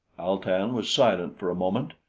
al-tan was silent for a moment,